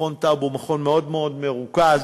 מרכז טאוב הוא מכון מאוד מאוד מכובד.